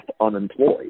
unemployed